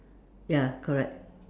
ya correct